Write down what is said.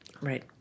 right